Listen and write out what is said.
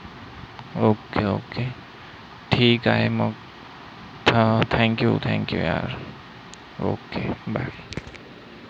okay okay ठीक आहे मग हा थँक्यू थँक्यू यार ओके बाय